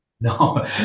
No